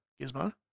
Gizmo